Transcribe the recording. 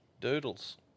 Doodles